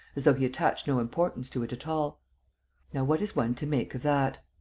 as though he attached no importance to it at all! now what is one to make of that?